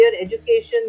education